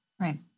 right